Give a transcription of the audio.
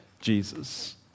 Jesus